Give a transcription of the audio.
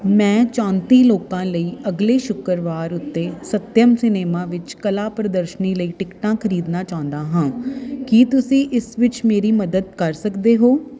ਮੈਂ ਚੌਂਤੀ ਲੋਕਾਂ ਲਈ ਅਗਲੇ ਸ਼ੁੱਕਰਵਾਰ ਉੱਤੇ ਸੱਤਿਅਮ ਸਿਨੇਮਾ ਵਿਚ ਕਲਾ ਪ੍ਰਦਰਸ਼ਨੀ ਲਈ ਟਿਕਟਾਂ ਖਰੀਦਣਾ ਚਾਹੁੰਦਾ ਹਾਂ ਕੀ ਤੁਸੀਂ ਇਸ ਵਿੱਚ ਮੇਰੀ ਮਦਦ ਕਰ ਸਕਦੇ ਹੋ